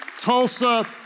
Tulsa